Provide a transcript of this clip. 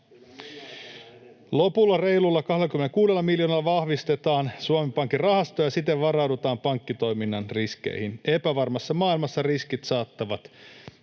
Lopulla reilulla 26 miljoonalla vahvistetaan Suomen Pankin rahastoja ja siten varaudutaan pankkitoiminnan riskeihin. Epävarmassa maailmassa riskit saattavat